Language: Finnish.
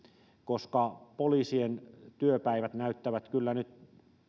koska poliisien työpäivät näyttävät kyllä nyt